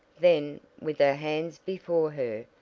then, with her hands before her,